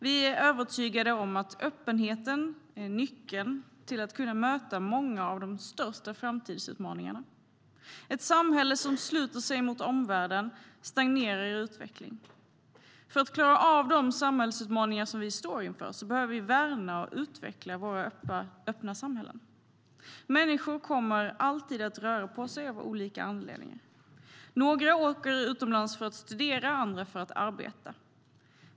Vi är övertygade om att öppenheten är nyckeln till att kunna möta många av de största framtidsutmaningarna. Ett samhälle som sluter sig mot omvärlden stagnerar i utveckling. För att klara av de samhällsutmaningar som vi står inför behöver vi värna och utveckla våra öppna samhällen. Människor kommer alltid att röra på sig av olika anledningar. Några åker utomlands för att studera, andra för att arbeta.